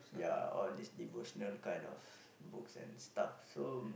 ya all these devotional kind of books and stuff so